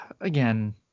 Again